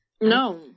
No